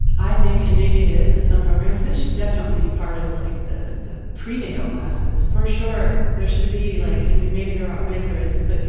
i think, and maybe it is in some programs, this should be part of like the the prenatal classes. for sure. there should be, like, i mean, maybe there are, maybe there is, but you